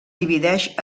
divideix